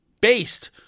based